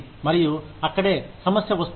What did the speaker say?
మరియు అక్కడే సమస్య వస్తుంది